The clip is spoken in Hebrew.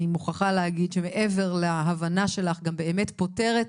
אני מוכרחה להגיד שמעבר להבנה שלך גם באמת פותרת,